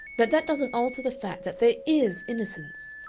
but that doesn't alter the fact that there is innocence.